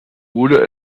wurde